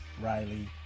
Riley